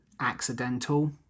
accidental